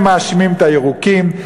אלה מאשימים את הירוקים,